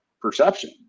perception